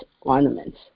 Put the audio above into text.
ornaments